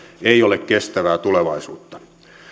ei ole kestävää tulevaisuutta